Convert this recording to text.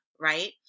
right